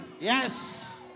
Yes